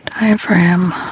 diaphragm